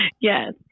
Yes